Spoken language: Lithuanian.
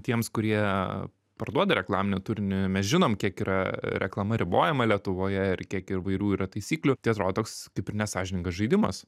tiems kurie parduoda reklaminį turinį mes žinom kiek yra reklama ribojama lietuvoje ir kiek įvairių yra taisyklių tai atrodo toks kaip ir nesąžiningas žaidimas